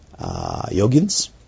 yogins